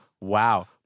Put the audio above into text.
wow